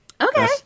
Okay